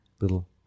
little